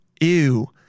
ew